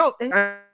no